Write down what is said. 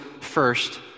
first